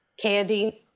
Candy